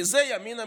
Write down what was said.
כי זה ימין אמיתי,